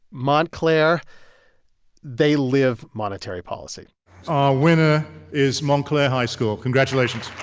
montclair they live monetary policy our winner is montclair high school. congratulations